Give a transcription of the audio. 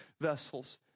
vessels